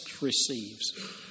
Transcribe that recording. receives